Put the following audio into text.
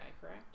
correct